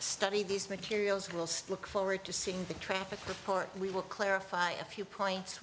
study these materials will still look forward to seeing the traffic report we will clarify a few points